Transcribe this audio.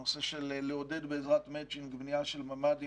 הנושא של לעודד בעזרת מצ'ינג בנייה של ממ"דים.